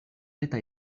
reta